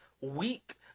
week